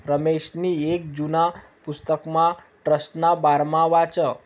रमेशनी येक जुना पुस्तकमा ट्रस्टना बारामा वाचं